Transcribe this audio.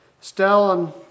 Stalin